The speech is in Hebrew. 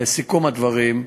לסיכום הדברים,